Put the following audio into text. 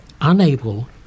unable